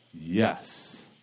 Yes